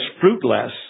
fruitless